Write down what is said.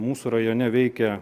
mūsų rajone veikia